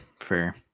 fair